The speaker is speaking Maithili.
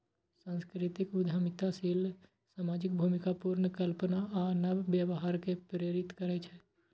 सांस्कृतिक उद्यमशीलता सामाजिक भूमिका पुनर्कल्पना आ नव व्यवहार कें प्रेरित करै छै